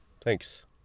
Thanks